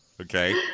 Okay